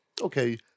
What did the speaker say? okay